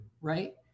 right